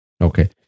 Okay